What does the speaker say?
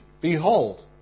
Behold